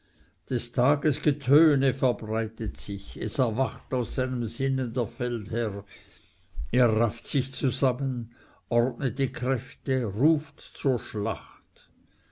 des tages getöne verbreitet sich es erwacht aus seinen sinnen der feldherr er rafft sich zusammen ordnet die kräfte ruft zur schlacht